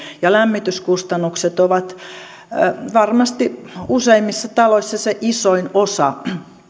ja lämmityskustannukset ovat varmasti useimmissa taloissa se isoin osa